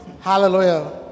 Hallelujah